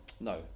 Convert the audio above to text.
No